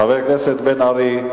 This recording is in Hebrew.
חבר הכנסת בן-ארי,